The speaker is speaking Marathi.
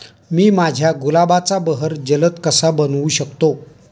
मी माझ्या गुलाबाचा बहर जलद कसा बनवू शकतो?